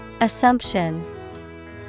Assumption